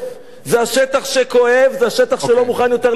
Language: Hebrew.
זה השטח שכואב, זה השטח שלא מוכן יותר לסבול.